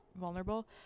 vulnerable